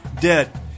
dead